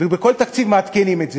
ובכל תקציב מעדכנים את זה.